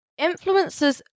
influencers